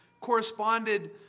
corresponded